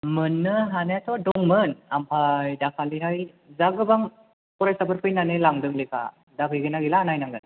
मोननो हानायाथ' दंमोन ओमफ्राय दाखालिहाय जा गोबां फरायसाफोर फैनानै लांदों लेखा दा दं ना गैला नायनांगोन